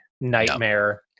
nightmare